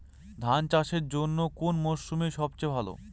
ধান চাষের জন্যে কোন মরশুম সবচেয়ে ভালো?